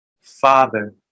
father